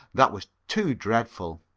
that was too dreadful.